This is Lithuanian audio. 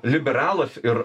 liberalas ir